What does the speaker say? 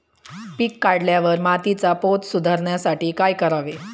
पीक काढल्यावर मातीचा पोत सुधारण्यासाठी काय करावे?